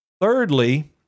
thirdly